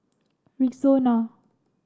Rexona